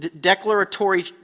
declaratory